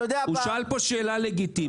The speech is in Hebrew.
הוא שאל פה שאלה לגיטימית,